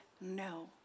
no